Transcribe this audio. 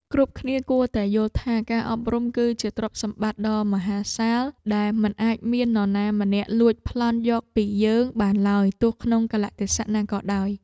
គ្រប់គ្នាគួរតែយល់ថាការអប់រំ គឺជាទ្រព្យសម្បត្តិដ៏មហាសាលដែលមិនអាចមាននរណាម្នាក់លួចប្លន់យកពីយើងបានឡើយទោះក្នុងកាលៈទេសៈណាក៏ដោយ។